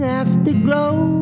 afterglow